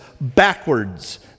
backwards